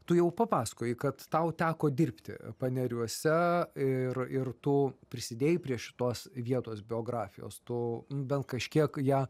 tu jau papasakojai kad tau teko dirbti paneriuose ir ir tu prisidėjai prie šitos vietos biografijos tu bent kažkiek ją